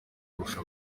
kurusha